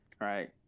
right